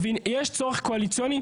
יש צורך קואליציוני,